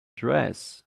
dress